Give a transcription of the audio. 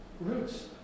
Roots